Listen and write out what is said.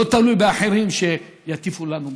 לא תלוי באחרים שיטיפו לנו מוסר.